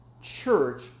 church